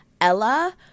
Ella